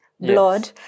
blood